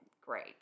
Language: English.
great